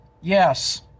Yes